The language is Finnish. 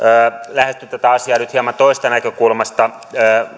lähestyn tätä asiaa nyt hieman toisesta näkökulmasta